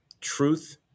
Truth